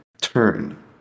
turn